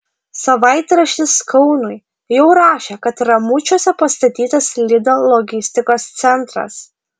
savaitraštis kaunui jau rašė kad ramučiuose pastatytas lidl logistikos centras